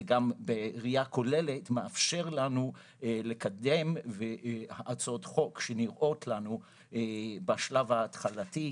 זה גם בראיה כוללת מאפשר לנו לקדם הצעות חוק שנראות לנו בשלב ההתחלתי,